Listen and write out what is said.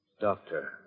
Doctor